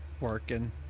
working